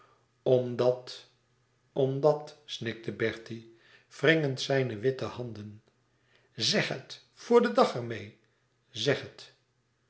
omdat omdat snikte bertie wringend zijne witte handen zeg het voor den dag er meê zeg het